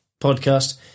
podcast